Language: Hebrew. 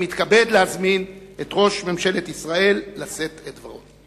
אני מתכבד להזמין את ראש ממשלת ישראל לשאת את דברו.